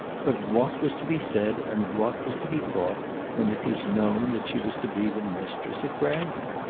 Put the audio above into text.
but what was to be said and what was to be thought when it was known that she was to be the mistress of bragton?